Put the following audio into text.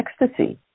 ecstasy